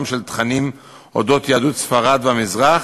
של תכנים על אודות יהדות ספרד והמזרח